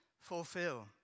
fulfill